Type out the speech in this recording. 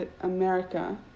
America